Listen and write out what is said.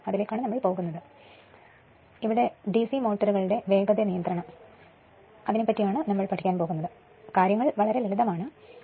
ഇപ്പോൾ DC മോട്ടോറുകളുടെ വേഗത നിയന്ത്രണം യഥാർത്ഥത്തിൽ കാര്യങ്ങൾ വളരെ ലളിതമാണെന്ന് മനസിലാക്കുക